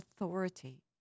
authority